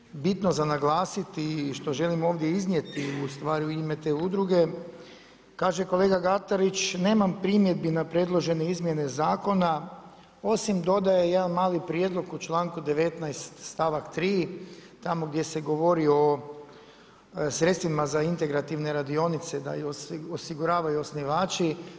Ono što je bitno za naglasiti i što želim ovdje iznijeti ustvari u ime te udruge, kaže kolega Gatarić, nema primjedbi na predložene izmjene zakona, osim dodaje jedna mali prijedlog u članku 19. stavak 3., tamo gdje se govori o sredstvima za integrativne radionice da ju osiguravaju osnivači.